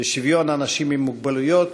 לזכויות אנשים עם מוגבלות,